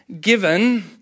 given